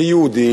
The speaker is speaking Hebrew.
כיהודי